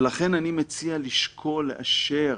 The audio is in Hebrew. ולכן אני מציע לשקול לאשר